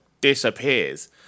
disappears